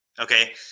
Okay